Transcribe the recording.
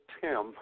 Tim